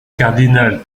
cardinal